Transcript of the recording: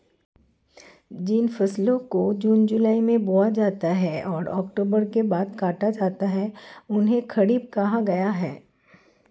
जिन फसलों को जून जुलाई में बोया जाता है और अक्टूबर के बाद काटा जाता है उन्हें खरीफ कहा गया है